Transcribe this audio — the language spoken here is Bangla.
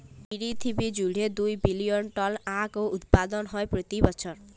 পিরথিবী জুইড়ে দু বিলিয়ল টল আঁখ উৎপাদল হ্যয় প্রতি বসর